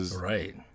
Right